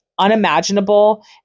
unimaginable